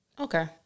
Okay